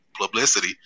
publicity